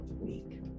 week